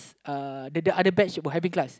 uh the other batch were having class